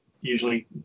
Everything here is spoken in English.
Usually